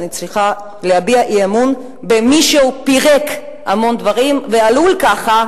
אני צריכה להביע אי-אמון במי שפירק המון דברים ועלול כך,